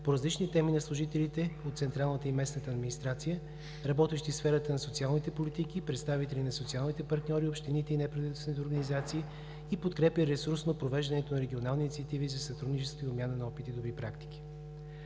по различни теми на служителите от централната и местната администрация, работещи в сферата на социалните политики, и представители на социалните партньори, общините и неправителствените организации и подкрепя ресурсно провеждането на регионални инициативи за сътрудничество, обмяна на опит и други практики.